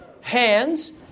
Hands